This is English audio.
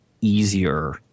easier